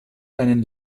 einen